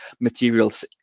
materials